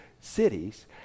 cities